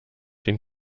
den